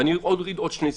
ואני אוריד עוד שני סעיפים,